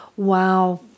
Wow